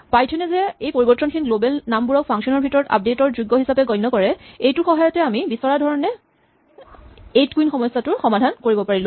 Python এ যে এই পৰিবৰ্তশীল গ্লৱেল নামবোৰক ফাংচন ৰ ভিতৰত আপডেট ৰ যোগ্য হিচাপে গণ্য কৰে এইটোৰ সহায়তে আমি বিচৰা ধৰণে এইট কুইন সমাস্যাটো সমাধান কৰিব পাৰিলো